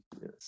yes